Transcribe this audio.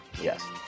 Yes